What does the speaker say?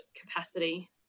capacity